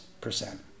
percent